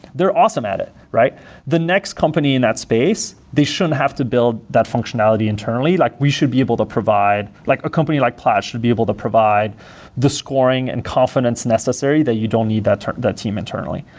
they're awesome at it the next company in that space, they shouldn't have to build that functionality internally. like we should be able to provide like a company like plaid should be able to provide the scoring and confidence necessary that you don't need that the team internally.